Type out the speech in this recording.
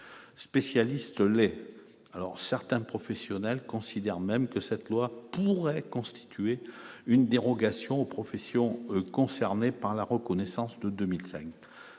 spécialiste alors certains professionnels considèrent même que cette loi pourrait constituer une dérogation aux professions concernées par la reconnaissance de 2005,